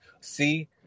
see